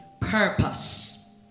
purpose